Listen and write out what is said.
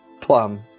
plum